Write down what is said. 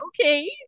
okay